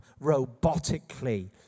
robotically